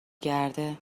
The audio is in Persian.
گرده